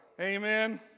Amen